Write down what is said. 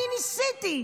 אני ניסיתי,